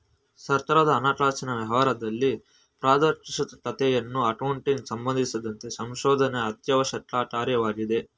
ಸರ್ಕಾರದ ಹಣಕಾಸಿನ ವ್ಯವಹಾರದಲ್ಲಿ ಪಾರದರ್ಶಕತೆಯನ್ನು ಅಕೌಂಟಿಂಗ್ ಸಂಬಂಧಿಸಿದಂತೆ ಸಂಶೋಧನೆ ಅತ್ಯವಶ್ಯಕ ಕಾರ್ಯವಾಗಿದೆ